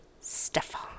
Stefan